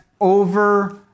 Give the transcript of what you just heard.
over